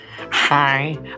Hi